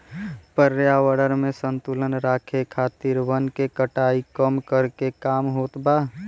पर्यावरण में संतुलन राखे खातिर वन के कटाई कम करके काम होत बा